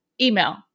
email